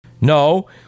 no